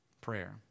Prayer